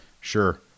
sure